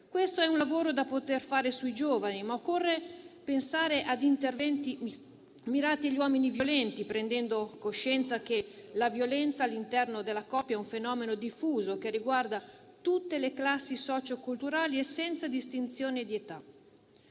Questo è un lavoro da fare sui giovani, ma occorre pensare ad interventi mirati agli uomini violenti, prendendo coscienza che la violenza all'interno della coppia è un fenomeno diffuso che riguarda tutte le classi socioculturali e senza distinzioni di età.